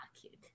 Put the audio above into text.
cute